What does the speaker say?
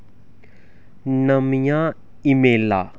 नमियां ई मेलां